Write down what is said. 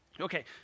Okay